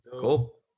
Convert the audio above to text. Cool